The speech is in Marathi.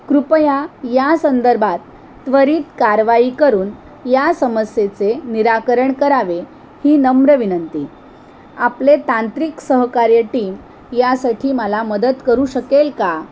कृपया या संदर्भात त्वरित कारवाई करून या समस्येचे निराकरण करावे ही नम्र विनंती आपले तांत्रिक सहकार्य टीम यासाठी मला मदत करू शकेल का